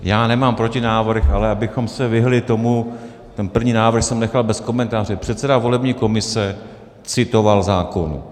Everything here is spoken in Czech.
Já nemám protinávrh, ale abychom se vyhnuli tomu ten první návrh jsem nechal bez komentáře, předseda volební komise citoval zákon.